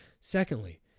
Secondly